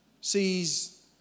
sees